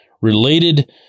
Related